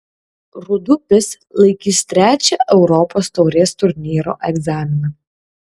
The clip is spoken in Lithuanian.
rūdupis laikys trečią europos taurės turnyro egzaminą